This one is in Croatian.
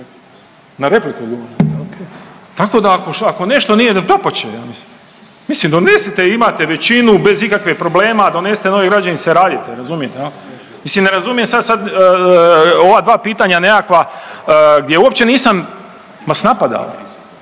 O.k./… Tako da ako nešto nije, dapače. Mislim donesite, imate većinu, bez ikakvih problema donesite novi …/Govornik se ne razumije./… radite. Razumijete? Mislim ne razumijem sad, sad ova dva pitanja nekakva gdje uopće vas nisam napadao.